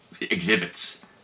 exhibits